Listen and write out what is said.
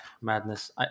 Madness